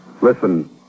Listen